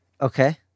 Okay